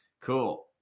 Cool